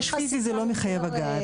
זה לא מחייב הגעה.